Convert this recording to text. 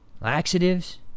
laxatives